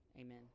amen